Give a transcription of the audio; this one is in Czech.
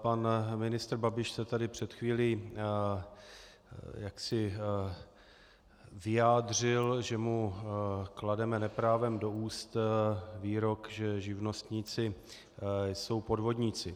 Pan ministr Babiš se tady před chvílí vyjádřil, že mu klademe neprávem do úst výrok, že živnostníci jsou podvodníci.